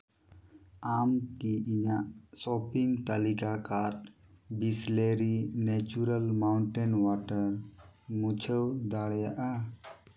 ᱟᱢ ᱠᱤ ᱤᱧᱟᱹᱜ ᱥᱚᱯᱤᱝ ᱛᱟᱹᱞᱤᱠᱟ cart Bisleri natural mountain water ᱢᱩᱪᱷᱟᱹᱣ ᱫᱟᱲᱮᱭᱟᱜᱼᱟ